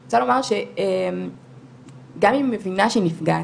אני רוצה לומר שגם אם היא מבינה שהיא נפגעת,